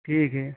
ठीक है